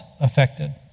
Affected